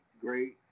great